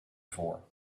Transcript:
voor